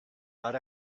not